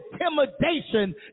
intimidation